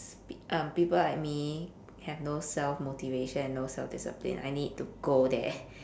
p~ um people like me have no self-motivation and no self-discipline I need to go there